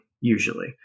usually